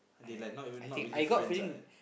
they like not even not really friends ah